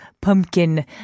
pumpkin